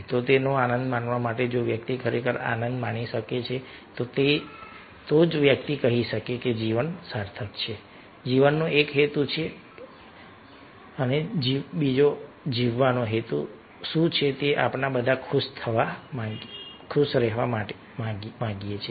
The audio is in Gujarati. તો તેનો આનંદ માણવા માટે જો વ્યક્તિ ખરેખર આનંદ માણી શકે છે તો જ વ્યક્તિ કહી શકે કે જીવન સાર્થક છે જીવનનો એક હેતુ છે અને જીવનનો હેતુ શું છે કે આપણે બધા ખુશ થવા માંગીએ છીએ